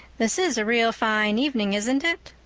this is a real fine evening, isn't it?